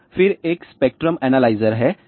अब फिर एक स्पेक्ट्रम एनालाइजर है